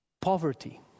poverty